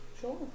Sure